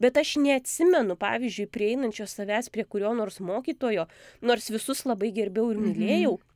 bet aš neatsimenu pavyzdžiui prieinančio savęs prie kurio nors mokytojo nors visus labai gerbiau ir mylėjau